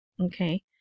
Okay